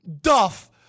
duff